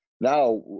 Now